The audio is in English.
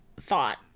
thought